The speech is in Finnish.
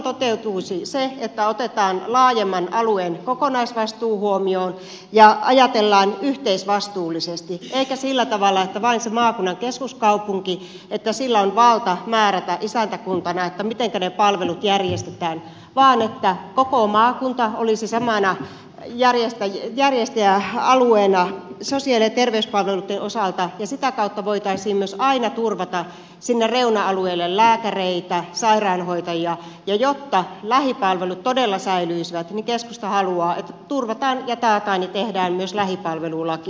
silloin toteutuisi se että otetaan laajemman alueen kokonaisvastuu huomioon ja ajatellaan yhteisvastuullisesti eikä sillä tavalla että vain sillä maakunnan keskuskaupungilla on valta määrätä isäntäkuntana mitenkä ne palvelut järjestetään vaan että koko maakunta olisi samana järjestäjäalueena sosiaali ja terveyspalveluitten osalta ja sitä kautta voitaisiin myös aina turvata sinne reuna alueille lääkäreitä sairaanhoitajia ja jotta lähipalvelut todella säilyisivät niin keskusta haluaa että turvataan ja taataan ja tehdään myös lähipalvelulaki